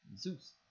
Zeus